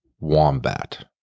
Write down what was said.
Wombat